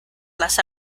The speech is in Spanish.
las